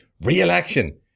re-election